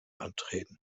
antreten